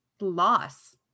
loss